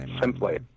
simply